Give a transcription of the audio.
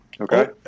Okay